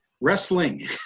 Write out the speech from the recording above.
wrestling